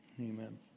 Amen